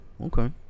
Okay